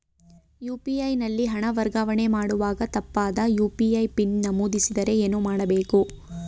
UPI ನಲ್ಲಿ ಹಣ ವರ್ಗಾವಣೆ ಮಾಡುವಾಗ ತಪ್ಪಾದ ಯು.ಪಿ.ಐ ಪಿನ್ ನಮೂದಿಸಿದರೆ ಏನು ಮಾಡಬೇಕು?